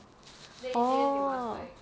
orh